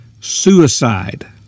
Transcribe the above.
suicide